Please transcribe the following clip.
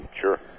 Sure